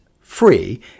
free